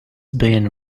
been